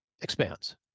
expands